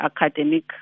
academic